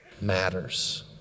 matters